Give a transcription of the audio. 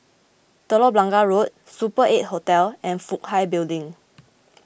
Telok Blangah Road Super eight Hotel and Fook Hai Building